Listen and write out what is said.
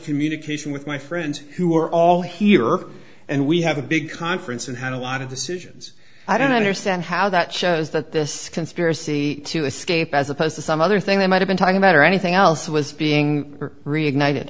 communication with my friends who are all here and we have a big conference and had a lot of decisions i don't understand how that shows that this conspiracy to escape as opposed to some other thing they might have been talking about or anything else was being reignited